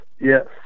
yes